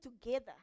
together